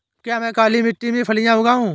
क्या मैं काली मिट्टी में फलियां लगाऊँ?